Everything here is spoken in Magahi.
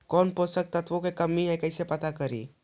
कौन पोषक तत्ब के कमी है कैसे पता करि?